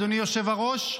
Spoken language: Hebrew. אדוני היושב-ראש,